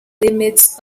limits